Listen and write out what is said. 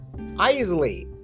Isley